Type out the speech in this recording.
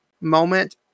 moment